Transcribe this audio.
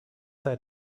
sei